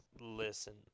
Listen